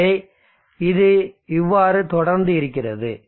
எனவே இது இவ்வாறு தொடர்ந்து இருக்கிறது